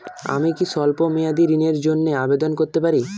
আমি কি স্বল্প মেয়াদি ঋণের জন্যে আবেদন করতে পারি?